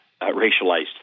racialized